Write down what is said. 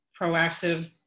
proactive